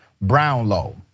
Brownlow